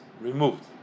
removed